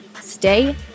stay